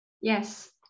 yes